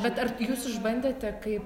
bet ar jūs išbandėte kaip